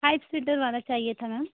five seater वाला चाहिए था मैम